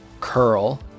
curl